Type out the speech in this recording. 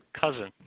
Cousin